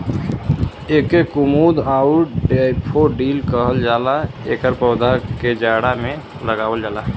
एके कुमुद आउर डैफोडिल कहल जाला एकर पौधा के जाड़ा में लगावल जाला